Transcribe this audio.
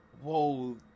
whoa